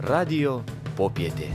radijo popietė